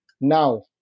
now